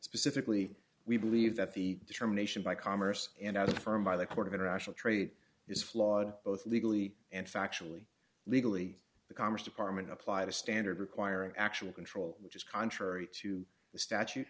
specifically we believe that the determination by commerce and other firm by the court of international trade is flawed both legally and factually legally the commerce department applied a standard requiring actual control which is contrary to the statu